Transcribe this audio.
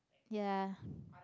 ya